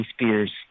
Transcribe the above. Spears